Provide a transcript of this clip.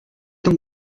donc